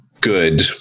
Good